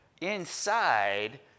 Inside